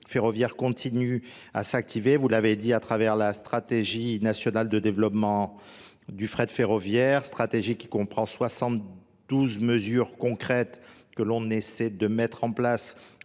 ferroviaire continue à s'activer. Vous l'avez dit à travers la stratégie nationale de développement du fret ferroviaire, stratégie qui comprend 72 mesures concrètes que l'on essaie de mettre en place